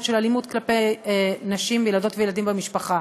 של אלימות כלפי נשים וילדות וילדים במשפחה